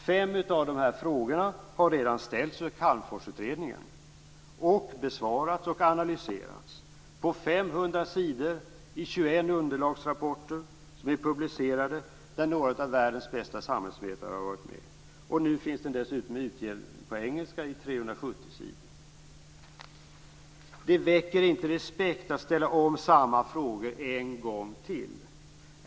Fem av dem har redan ställts av Calmforsutredningen, och de har besvarats och analyserats av några av världens bästa samhällsvetare på 500 sidor, i 21 publicerade underlagsrapporter. Nu finns rapporten dessutom utgiven på engelska i 370 sidor. Det väcker inte respekt att ställa samma frågor en gång till.